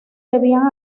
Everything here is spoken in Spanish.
debían